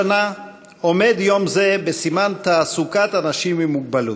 השנה עומד יום זה בסימן תעסוקת אנשים עם מוגבלות.